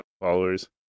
followers